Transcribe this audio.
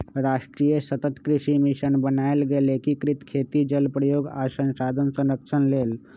राष्ट्रीय सतत कृषि मिशन बनाएल गेल एकीकृत खेती जल प्रयोग आ संसाधन संरक्षण लेल